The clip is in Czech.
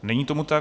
Není tomu tak.